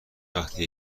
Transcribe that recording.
وقتی